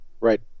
Right